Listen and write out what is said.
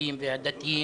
החרדים והדתיים,